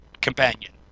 companion